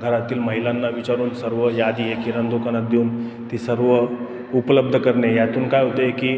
घरातील महिलांना विचारून सर्व यादी आहे किराणा दुकानात देऊन ती सर्व उपलब्ध करणे यातून काय होतं आहे की